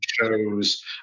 shows